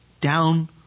down